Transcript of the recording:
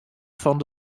fan